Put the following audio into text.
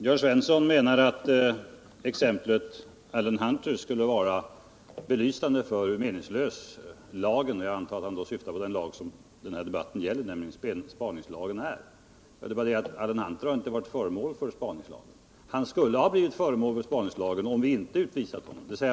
Jörn Svensson menade att exemplet Alan Hunter skulle vara belysande för hur meningslös lagen är — jag antar att han då syftar på den lag som denna debatt gäller, nämligen spaningslagen. Det är bara det att spaningslagen inte har tillämpats i fallet Alan Hunter.